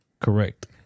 Correct